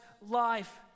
life